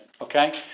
okay